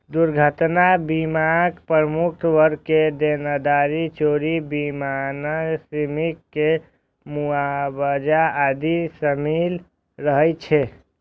दुर्घटना बीमाक प्रमुख वर्ग मे देनदारी, चोरी, विमानन, श्रमिक के मुआवजा आदि शामिल रहै छै